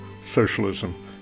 socialism